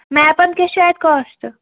میپَن کیٛاہ چھُ اَتہِ کاسٹ